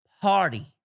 party